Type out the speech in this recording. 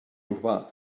urbà